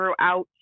throughout